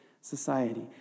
society